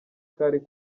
kari